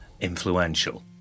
influential